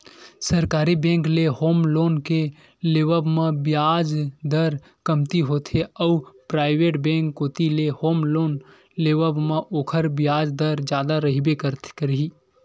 सरकारी बेंक ले home loan के लेवब म बियाज दर कमती होथे अउ पराइवेट बेंक कोती ले होम लोन लेवब म ओखर बियाज दर जादा रहिबे करही